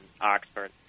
Oxford